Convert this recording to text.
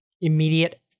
immediate